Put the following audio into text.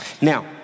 Now